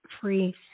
free